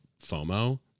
FOMO